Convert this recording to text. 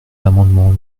l’amendement